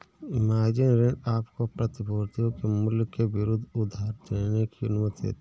margin ऋण आपको प्रतिभूतियों के मूल्य के विरुद्ध उधार लेने की अनुमति देता है